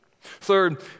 Third